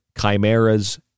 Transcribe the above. Chimeras